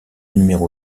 numéro